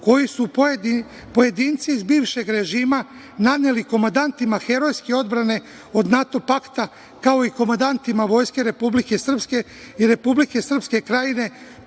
koju su pojedinci iz bivšeg režima naneli komandantima herojske odbrane od NATO pakta, kao i komandantima vojske Republike Srpske i Republike Srpske Krajine,